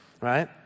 right